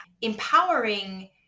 Empowering